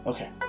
Okay